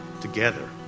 together